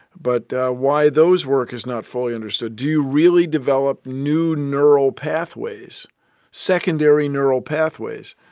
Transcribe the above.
but why those work is not fully understood do you really develop new neural pathways secondary neural pathways?